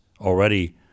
already